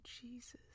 jesus